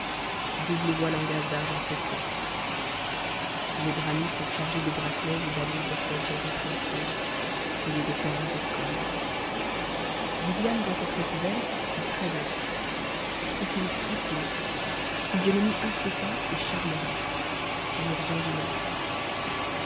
double voile en gaze d'argent flottant les bras nus sont chargés de bracelets et d'anneaux d'orfèvrerie précieuse collier de perles au col viviane doit être svelte et très blanche profil très pur physionomie in quiétante et charmeresse allures onduleuses